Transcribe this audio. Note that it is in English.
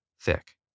thick